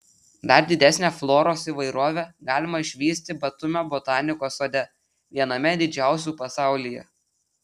dar didesnę floros įvairovę galima išvysti batumio botanikos sode viename didžiausių pasaulyje